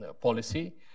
policy